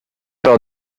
par